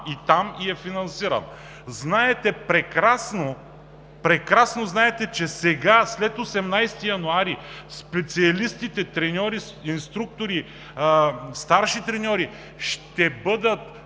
остана и е финансиран. Знаете прекрасно, че сега след 18 януари специалистите-треньори, инструктори, старши треньори ще бъдат